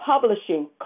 publishing